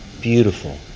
Beautiful